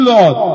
Lord